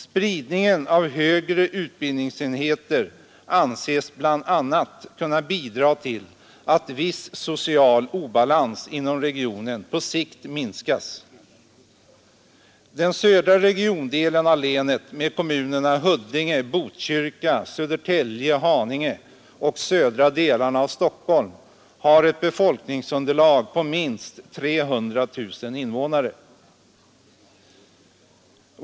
Spridningen av högre utbildningsenheter anses bl.a. kunna bidra till att viss social obalans inom regionen på sikt minskas. Den södra regiondelen av länet, med kommunerna Huddinge, Botkyrka, Södertälje, Haninge och södra delarna av Stockholm, har ett befolkningsunderlag på minst 300 000 invånare.